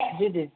जी जी